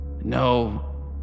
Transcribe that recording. No